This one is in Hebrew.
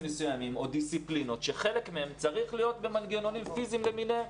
מסוימים או דיסציפלינות שחלק מהם צריך להיות במנגנונים פיזיים למיניהם.